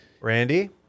Randy